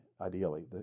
ideally